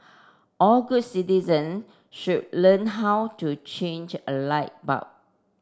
all good citizen should learn how to change a light bulb